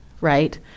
Right